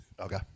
Okay